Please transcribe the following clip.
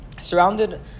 surrounded